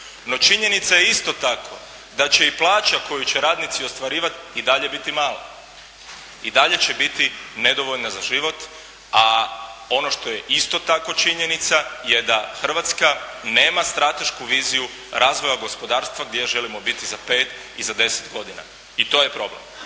No činjenica je isto tako da će i plaća koju će radnici ostvarivati i dalje biti mala. I dalje će biti nedovoljna za život, a ono što je isto tako činjenica je da Hrvatska nema stratešku viziju razvoja gospodarstva gdje želimo biti za pet i za deset godina. I to je problem.